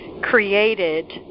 created